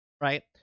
Right